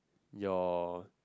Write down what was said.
your